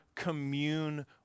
commune